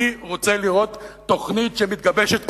אני רוצה לראות תוכנית שמתגבשת כאן,